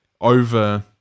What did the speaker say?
over